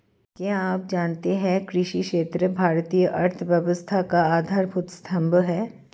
क्या आप जानते है कृषि क्षेत्र भारतीय अर्थव्यवस्था का आधारभूत स्तंभ है?